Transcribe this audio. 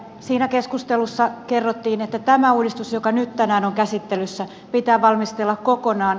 siinä keskustelussa kerrottiin että tämä uudistus joka nyt tänään on käsittelyssä pitää valmistella kokonaan